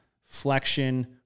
flexion